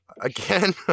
Again